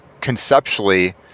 conceptually